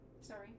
Sorry